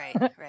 right